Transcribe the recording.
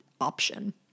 option